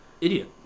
Idiot